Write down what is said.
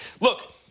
Look